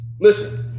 Listen